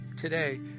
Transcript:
today